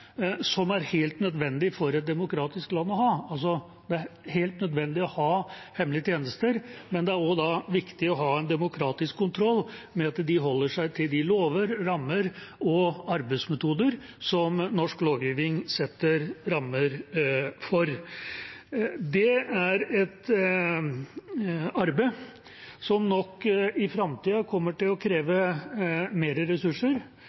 som det er helt nødvendig for et demokratisk land å ha. Det er helt nødvendig å ha hemmelige tjenester, men det er også viktig å ha en demokratisk kontroll med at de holder seg til de lover og arbeidsmetoder som norsk lovgivning setter rammer for. Det er et arbeid som nok i framtida kommer til å kreve mer ressurser